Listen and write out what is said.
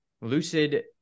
Lucid